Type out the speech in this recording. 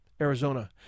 Arizona